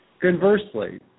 Conversely